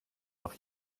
noch